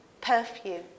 perfume